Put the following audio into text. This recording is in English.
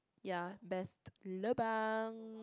ya best lobang